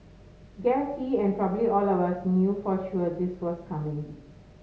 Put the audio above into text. guess he and probably all of us knew for sure this was coming